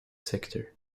sector